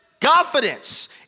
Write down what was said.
Confidence